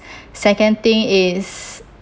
second thing is